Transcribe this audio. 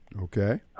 okay